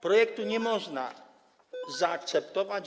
Projektu nie można zaakceptować.